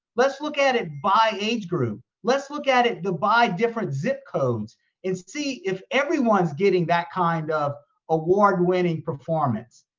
let's look at it by age group. let's look at it by different zip codes and see if everyone's getting that kind of award-winning performance.